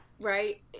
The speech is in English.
right